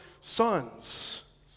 sons